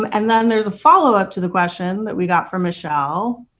and then there is a follow-up to the question that we got from michelle,